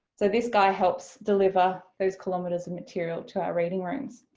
so this guy helps deliver those kilometers of material to our reading rooms.